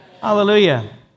Hallelujah